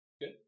Good